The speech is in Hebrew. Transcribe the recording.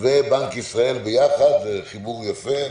ובנק ישראל ביחד - זה חיבור יפה.